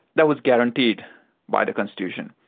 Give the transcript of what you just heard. that was guaranteed by the constitution.